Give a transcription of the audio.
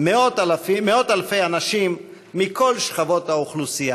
מאות אלפי אנשים מכל שכבות האוכלוסייה,